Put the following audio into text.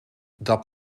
dat